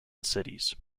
cities